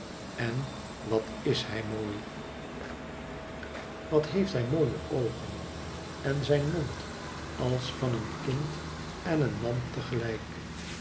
en wat is hij mooi wat heeft hij mooie oogen en een mond als van een kind en een man